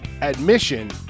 admission